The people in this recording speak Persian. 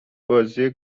بازی